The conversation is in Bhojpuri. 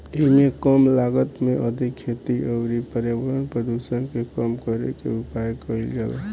एइमे कम लागत में अधिका खेती अउरी पर्यावरण प्रदुषण के कम करे के उपाय कईल जाला